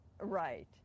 Right